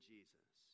Jesus